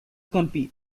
compete